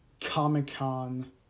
Comic-Con